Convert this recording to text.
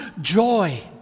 joy